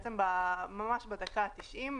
ממש בדקה ה-90',